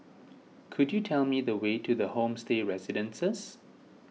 could you tell me the way to the Homestay Residences